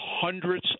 hundreds